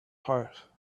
heart